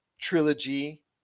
trilogy